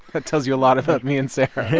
that tells you a lot about me and sarah